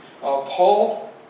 Paul